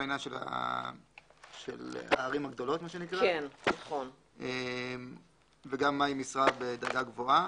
העניין של הערים הגדולות מה שנקרא וגם מהי משרה בדרגה גבוהה.